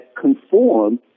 conform